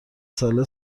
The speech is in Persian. ساله